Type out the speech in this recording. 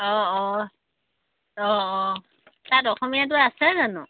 অঁ অঁ অঁ অঁ তাত অসমীয়াটো আছে জানো